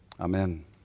Amen